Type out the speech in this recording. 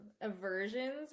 aversions